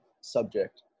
subject